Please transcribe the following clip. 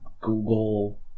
Google